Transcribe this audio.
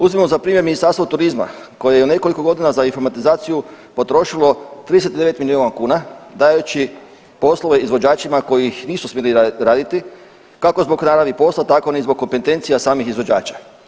Uzmimo za primjer Ministarstvo turizma koji je u nekoliko godina za informatizaciju potrošilo 39 milijuna kuna dajući poslove izvođačima koji ih nisu smjeli raditi kako zbog naravi posla tako ni zbog kompetencija samih izvođača.